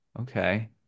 okay